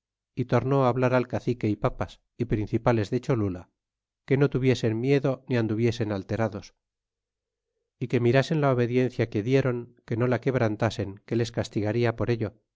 y tornó hablar al cacique y papas y principales de cholula que no tuviesen miedo ni anduviesen alterados y que mirasen la obediencia que dieron que no la quebrantasen que les castigaria por ello